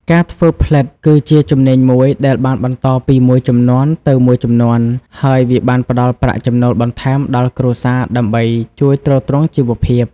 ការធ្វើផ្លិតគឺជាជំនាញមួយដែលបានបន្តពីមួយជំនាន់ទៅមួយជំនាន់ ហើយវាបានផ្តល់ប្រាក់ចំណូលបន្ថែមដល់គ្រួសារដើម្បីជួយទ្រទ្រង់ជីវភាព។